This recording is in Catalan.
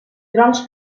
trons